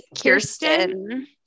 Kirsten